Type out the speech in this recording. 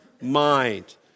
mind